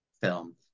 film